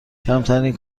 کمترین